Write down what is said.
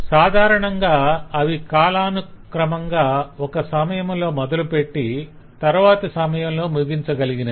సాధారణంగా అవి కాలనుక్రమంగా ఒక సమయలో మొదలుపెట్టి తరవాతి సమయంలో ముగించగలిగినవి